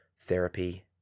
Therapy